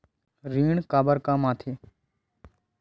ऋण काबर कम आथे?